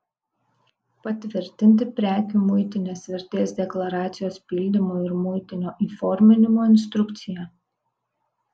patvirtinti prekių muitinės vertės deklaracijos pildymo ir muitinio įforminimo instrukciją